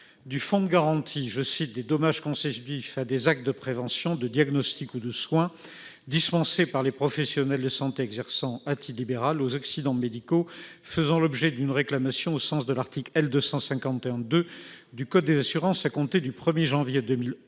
du fonds de garantie des dommages consécutifs à des actes de prévention, de diagnostic ou de soins dispensés par des professionnels de santé exerçant à titre libéral, et aux accidents médicaux faisant l'objet d'une réclamation au sens de l'article L. 251-2 du code des assurances, afin que celui-ci